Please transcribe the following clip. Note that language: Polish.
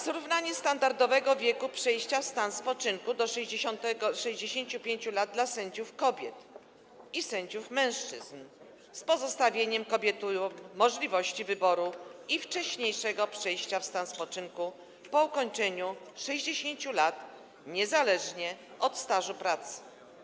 Zrównanie standardowego wieku przejścia w stan spoczynku do 65 lat dla sędziów kobiet i sędziów mężczyzn - z pozostawieniem kobietom możliwości wyboru i wcześniejszego przejścia w stan spoczynku po ukończeniu 60 lat, niezależnie od stażu pracy.